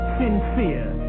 sincere